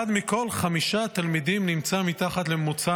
אחד מכל חמישה תלמידים נמצא מתחת לממוצע